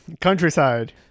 Countryside